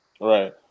right